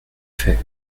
fait